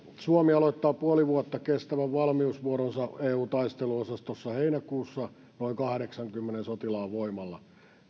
suomi aloittaa puoli vuotta kestävän valmiusvuoronsa eun taisteluosastossa heinäkuussa noin kahdeksaankymmeneen sotilaan voimalla